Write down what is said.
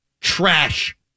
trash